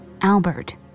Albert